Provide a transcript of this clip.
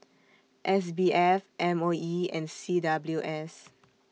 S B F M O E and C W S